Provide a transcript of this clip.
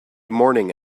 morning